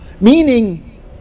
Meaning